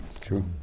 True